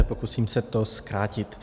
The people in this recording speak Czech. Pokusím se to zkrátit.